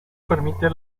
permite